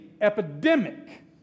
epidemic